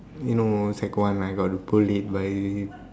you know sec one I got bullied by